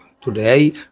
today